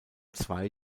zwei